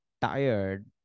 tired